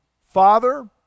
Father